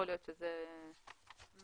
לגבי הסיפה של 3(א),